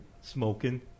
smoking